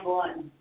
one